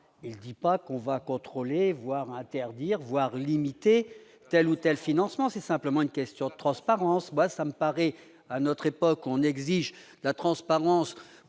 il dit pas qu'on va contrôler, voire interdire voir limitée telle ou telle financement c'est simplement une question de transparence, moi ça me paraît à notre époque on exige la transparence